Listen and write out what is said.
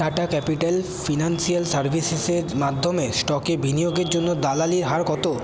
tata capitals financial সার্ভিসেসের মাধ্যমে স্টকে বিনিয়োগের জন্য দালালির হার কত